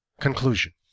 CONCLUSION